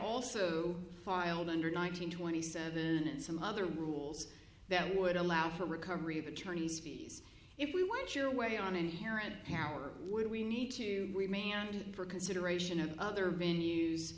also filed under nine hundred twenty seven and some other rules that would allow for recovery of attorneys fees if we want your way on inherent power would we need to manage it for consideration of other venue